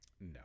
No